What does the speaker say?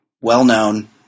Well-known